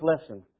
lesson